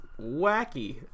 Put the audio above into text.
wacky